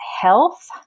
health